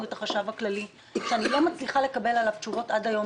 את החשב הכללי שאלה שאיני מצליחה לקבל אליה תשובות עד היום,